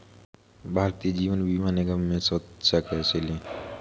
भारतीय जीवन बीमा निगम में सदस्यता कैसे लें?